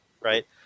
right